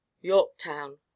Yorktown